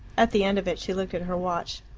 at the end of it she looked at her watch.